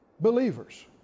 believers